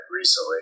recently